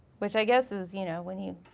which i guess is you know when you